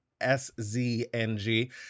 S-Z-N-G